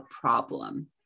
problem